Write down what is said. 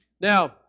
now